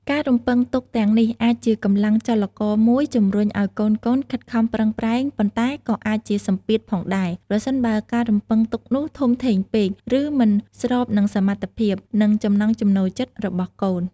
ការរំពឹងទុកទាំងនេះអាចជាកម្លាំងចលករមួយជំរុញឲ្យកូនៗខិតខំប្រឹងប្រែង ប៉ុន្តែក៏អាចជាសម្ពាធផងដែរ ប្រសិនបើការរំពឹងទុកនោះធំធេងពេក ឬមិនស្របនឹងសមត្ថភាព និងចំណង់ចំណូលចិត្តរបស់កូន។